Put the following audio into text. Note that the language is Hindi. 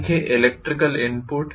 एक है इलेक्ट्रिकल इनपुट